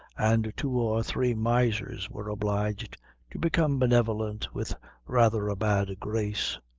and two or three misers were obliged to become benevolent with rather a bad grace.